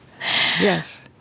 Yes